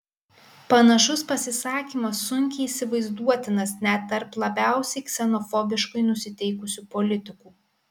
panašus pasisakymas sunkiai įsivaizduotinas net tarp labiausiai ksenofobiškai nusiteikusių politikų